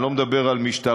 אני לא מדבר על משטרה,